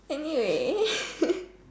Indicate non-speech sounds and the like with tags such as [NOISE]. anyway [NOISE]